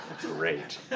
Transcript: Great